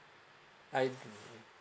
I